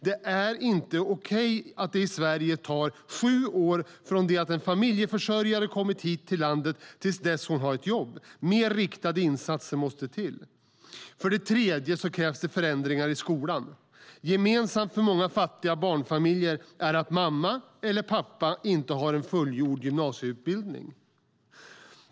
Det är inte okej att det i Sverige tar sju år från det att en familjeförsörjare kommer till landet till dess hon har ett jobb. Mer riktade insatser måste till. För det tredje krävs det förändringar i skolan. Gemensamt för många fattiga barnfamiljer är att mamma eller pappa inte har en fullgjord gymnasieutbildning.